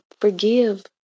Forgive